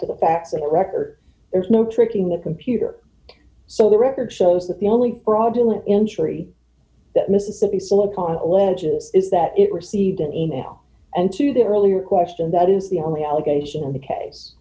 to the fact that the record there is no tricking the computer so the record shows that the only fraudulent entry that mississippi silicone alleges is that it received an e mail and to the earlier question that is the only allegation in the case